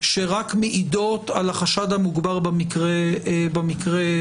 שרק מעידות על החשד המוגבר במקרה הזה.